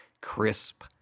crisp